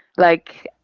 like,